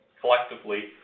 collectively